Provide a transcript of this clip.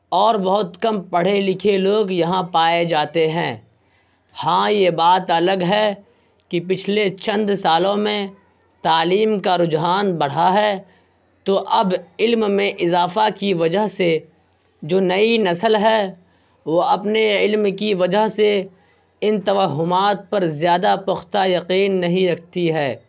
اور بہت کم پڑھے لکھے لوگ یہاں پائے جاتے ہیں ہاں یہ بات الگ ہے کہ پچھلے چند سالوں میں تعلیم کا رجحان بڑھا ہے تو اب علم میں اضافہ کی وجہ سے جو نئی نسل ہے وہ اپنے علم کی وجہ سے ان توہمات پر زیادہ پختہ یقین نہیں رکھتی ہے